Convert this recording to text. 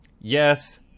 Yes